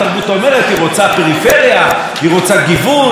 היא רוצה שיעסקו במגוון של נושאים,